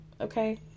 okay